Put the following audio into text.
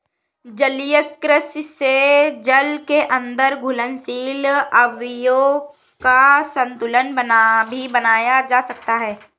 जलीय कृषि से जल के अंदर घुलनशील अवयवों का संतुलन भी बनाया जा सकता है